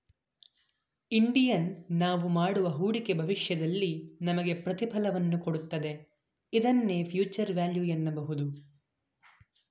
Indian ನಾವು ಮಾಡುವ ಹೂಡಿಕೆ ಭವಿಷ್ಯದಲ್ಲಿ ನಮಗೆ ಪ್ರತಿಫಲವನ್ನು ಕೊಡುತ್ತದೆ ಇದನ್ನೇ ಫ್ಯೂಚರ್ ವ್ಯಾಲ್ಯೂ ಎನ್ನಬಹುದು